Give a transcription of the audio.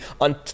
on